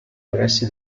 pressi